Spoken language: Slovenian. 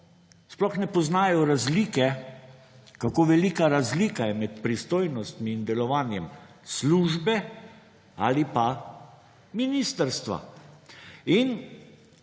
sploh ne poznajo razlike, kako velika razlika je med pristojnostmi in delovanjem službe ali pa ministrstva. In